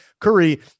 Curry